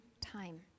time